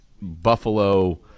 Buffalo